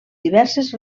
diverses